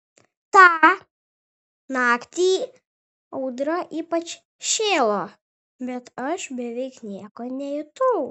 tą naktį audra ypač šėlo bet aš beveik nieko nejutau